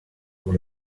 dans